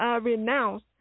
renounce